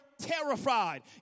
terrified